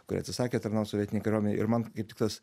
kurie atsisakė tarnaut sovietinėj kariuomenėj ir man kaip tik tas